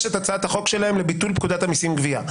את הצעת החוק שלהם לביטול פקודת המיסים (גבייה).